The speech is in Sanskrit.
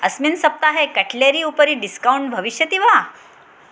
अस्मिन् सप्ताहे कट्लेरी उपरि डिस्कौण्ट् भविष्यति वा